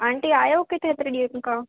aunty आहियो किथे हेतिरे ॾींहंनि खां